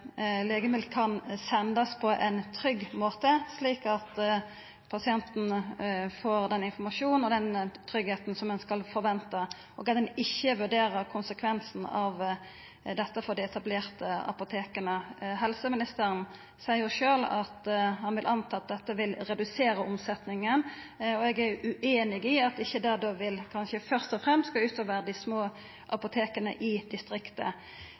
kan sendast på ein trygg måte, slik at pasienten får den informasjonen og den tryggleiken som ein skal forventa – og at ein ikkje vurderer konsekvensen av dette for dei etablerte apoteka. Helseministeren seier jo sjølv at han vil anta at dette vil redusera omsetninga. Eg er ueinig i at det ikkje først og fremst vil gå ut over dei små apoteka i